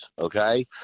okay